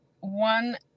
one